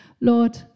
Lord